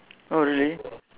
orh really